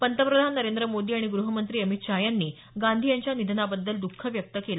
पंतप्रधान नरेंद्र मोदी आणि ग्रहमंत्री अमित शहा यांनी गांधी यांच्या निधनाबद्दल द्ख व्यक्त केल